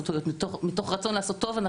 מתוך רצון לעשות טוב,